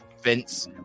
Vince